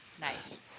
nice